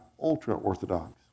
ultra-orthodox